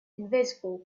invisible